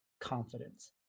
confidence